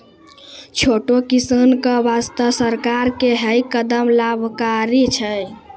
छोटो किसान के वास्तॅ सरकार के है कदम लाभकारी छै